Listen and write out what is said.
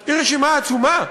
היא רשימה עצומה,